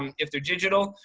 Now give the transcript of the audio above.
um if they're digital.